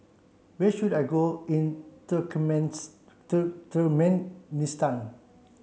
where should I go in Turkmenistan